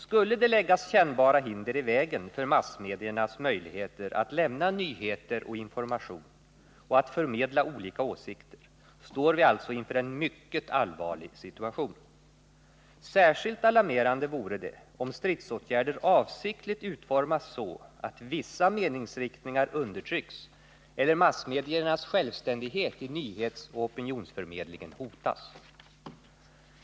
Skulle det läggas kännbara hinder i vägen för massmediernas möjligheter att lämna nyheter och information och att förmedla olika åsikter, står vi alltså inför en mycket allvarlig situation. Särskilt alarmerande vore det om stridsåtgärder avsiktligt utformas så att vissa meningsriktningar undertrycks eller massmediernas självständighet i nyhetsoch opinionsförmedlingen hotas.